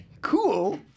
Cool